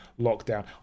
lockdown